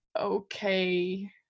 okay